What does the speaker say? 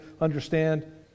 understand